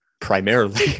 primarily